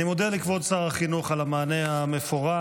אני מודה לכבוד שר החינוך על המענה המפורט.